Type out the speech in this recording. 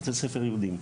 בתי ספר יהודים.